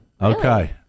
Okay